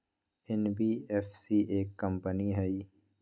NBFC एक company हई?